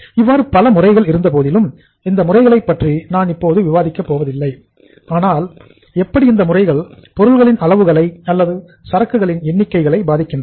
இவ்வாறு பல முறைகள் இருந்த போதிலும் இந்த முறைகளைப் பற்றி நான் இப்போது விவாதிக்கப் போவதில்லை ஆனால் எப்படி இந்த முறைகள் பொருள்களின் அளவுகளை அல்லது சரக்குகளின் எண்ணிக்கைகளை பாதிக்கின்றன